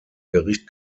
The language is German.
gericht